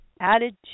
Added